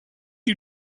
you